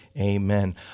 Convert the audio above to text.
Amen